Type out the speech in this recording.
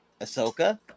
Ahsoka